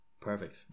perfect